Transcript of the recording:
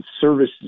services